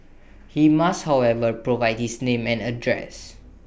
he must however provide his name and address